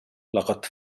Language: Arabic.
لقد